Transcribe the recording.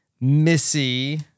Missy